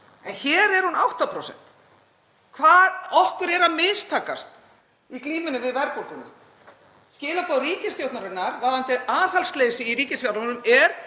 en hér er hún 8%. Okkur er að mistakast í glímunni við verðbólguna. Skilaboð ríkisstjórnarinnar varðandi aðhaldsleysi í ríkisfjármálunum eru